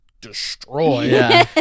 destroy